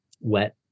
wet